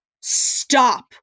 stop